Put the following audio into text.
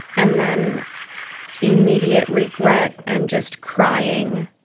and then immediate regret and just crying